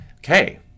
Okay